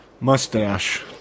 mustache